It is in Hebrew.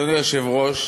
אדוני היושב-ראש,